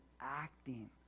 acting